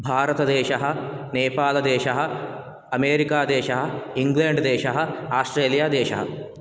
भारतदेशः नेपालदेशः अमेरिकादेशः इङ्ग्लेण्ड्देशः आस्ट्रेलियादेशः